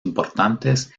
importantes